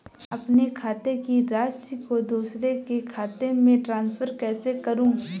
अपने खाते की राशि को दूसरे के खाते में ट्रांसफर कैसे करूँ?